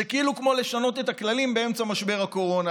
זה כאילו כמו לשנות את הכללים באמצע משבר הקורונה,